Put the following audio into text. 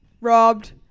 Robbed